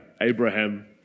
Abraham